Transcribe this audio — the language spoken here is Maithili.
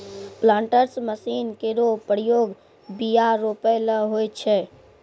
प्लांटर्स मसीन केरो प्रयोग बीया रोपै ल होय छै